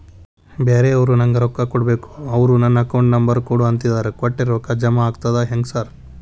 ಬ್ಯಾರೆವರು ನಂಗ್ ರೊಕ್ಕಾ ಕೊಡ್ಬೇಕು ಅವ್ರು ನಿನ್ ಅಕೌಂಟ್ ನಂಬರ್ ಕೊಡು ಅಂತಿದ್ದಾರ ಕೊಟ್ರೆ ರೊಕ್ಕ ಜಮಾ ಆಗ್ತದಾ ಹೆಂಗ್ ಸಾರ್?